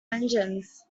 engines